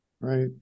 right